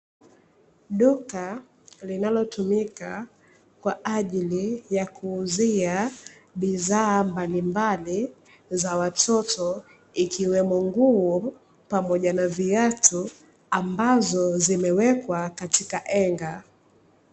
Duka linalotumika kwa ajili ya kuuzia bidhaa mbalimbali za watoto ikiwemo nguo pamoja na viatu ambazo zimewekwa katika henga.